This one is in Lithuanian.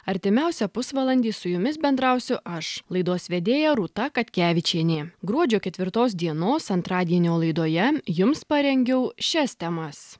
artimiausią pusvalandį su jumis bendrausiu aš laidos vedėja rūta katkevičienė gruodžio ketvirtos dienos antradienio laidoje jums parengiau šias temas